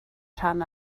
rhan